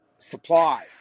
Supply